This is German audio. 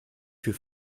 für